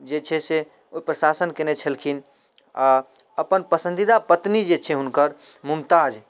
जे छै से ओइपर शासन कयने छलखिन आओर अपन पसन्दीदा पत्नी जे छै हुनकर मुमताज